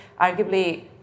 Arguably